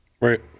Right